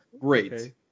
great